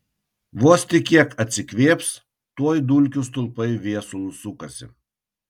vos tik kiek atsikvėps tuoj dulkių stulpai viesulu sukasi